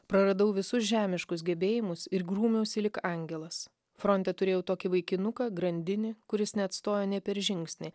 praradau visus žemiškus gebėjimus ir grūmiausi lyg angelas fronte turėjau tokį vaikinuką grandinį kuris neatstojo nė per žingsnį